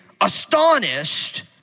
astonished